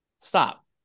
Stop